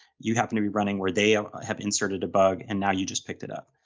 you happen to be running where they ah have inserted a bug and now you just picked it up.